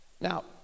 Now